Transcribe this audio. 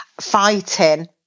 fighting